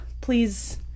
please